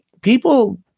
People